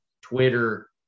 Twitter